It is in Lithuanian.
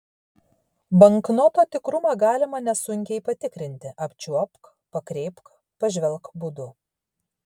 banknoto tikrumą galima nesunkiai patikrinti apčiuopk pakreipk pažvelk būdu